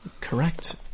Correct